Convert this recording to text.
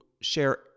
share